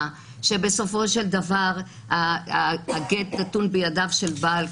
שבסופו של דבר הגט נתון בידיו של הבעל,